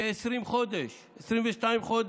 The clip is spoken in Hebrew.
כ-20 חודש, 22 חודש.